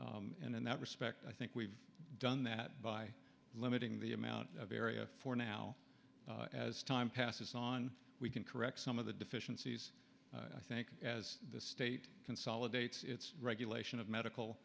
and in that respect i think we've done that by limiting the amount of area for now as time passes on we can correct some of the deficiencies i think as the state consolidates its regulation of